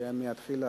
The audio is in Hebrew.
שמהתחלה